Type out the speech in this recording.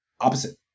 Opposite